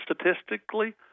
statistically